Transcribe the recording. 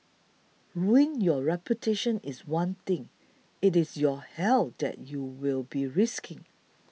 ruining your reputation is one thing it is your health that you will be risking